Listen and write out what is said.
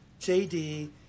JD